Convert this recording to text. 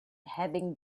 having